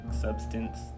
substance